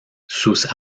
sus